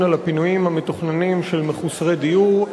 על הפינויים המתוכננים של מחוסרי דיור.